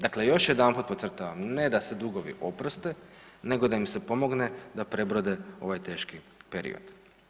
Dakle, još jedanput podcrtavam ne da se dugovi oproste nego da im se pomogne da prebrode ovaj teški period.